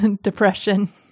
Depression